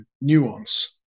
nuance